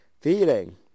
feeling